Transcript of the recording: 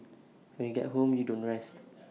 when you get home you don't rest